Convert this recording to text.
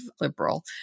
liberal